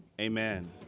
Amen